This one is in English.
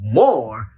more